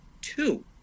Two